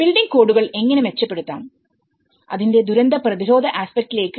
building കോഡുകൾ എങ്ങനെ മെച്ചപ്പെടുത്താം അതിന്റെ ദുരന്ത പ്രതിരോധ ആസ്പെക്റ്റിലേക്ക്